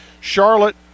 Charlotte